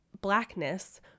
blackness